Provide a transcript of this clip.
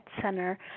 Center